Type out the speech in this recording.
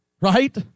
right